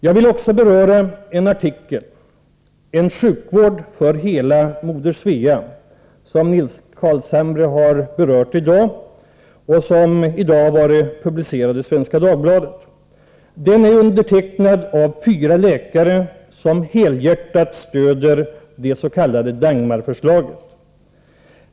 Jag vill också beröra en artikel, Rättvis sjukvård i hela Sverige, som Nils Carlshamre tidigare har tagit upp och som i dag är publicerad i Svenska Dagbladet. Den är undertecknad av fyra läkare som helhjärtat stöder det s.k. Dagmarförslaget.